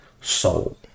soul